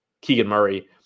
Keegan-Murray